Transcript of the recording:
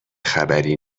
خبری